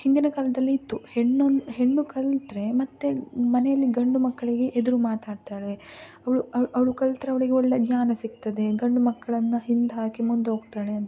ಹಿಂದಿನ ಕಾಲದಲ್ಲಿ ಇತ್ತು ಹೆಣ್ಣೊಂದು ಹೆಣ್ಣು ಕಲಿತ್ರ್ ಮತ್ತೆ ಮನೆಯಲ್ಲಿ ಗಂಡು ಮಕ್ಕಳಿಗೆ ಎದುರು ಮಾತಾಡ್ತಾಳೆ ಅವಳು ಅವ್ಳು ಅವಳು ಕಲಿತ್ರೆ ಅವಳಿಗೆ ಒಳ್ಳೆಯ ಜ್ಞಾನ ಸಿಗ್ತದೆ ಗಂಡು ಮಕ್ಕಳನ್ನು ಹಿಂದೆ ಹಾಕಿ ಮುಂದೋಗ್ತಾಳೆ ಅಂತ